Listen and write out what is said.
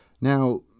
Now